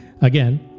again